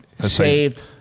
saved